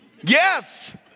Yes